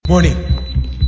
Morning